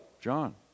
John